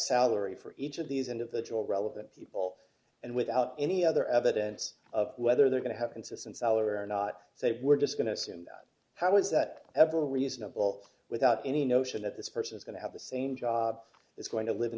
salary for each of these individual relevant people and without any other evidence of whether they're going to have consistent salary or not say we're just going to assume that how is that ever reasonable without any notion that this person is going to have the same job is going to live in